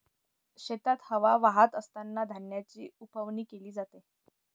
शेतात हवा वाहत असतांना धान्याची उफणणी केली जाते